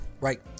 Right